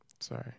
Sorry